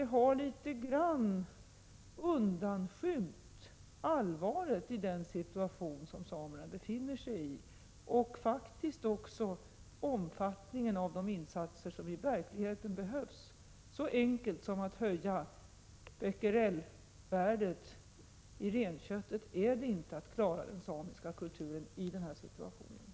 Det har i någon mån undanskymt allvaret i den situation som samerna befinner sig i och, faktiskt, omfattningen av de insatser som i verkligheten behövs. Så enkelt som att höja becquerelvärdet för renkött är det inte att rädda den samiska kulturen.